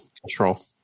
control